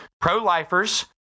pro-lifers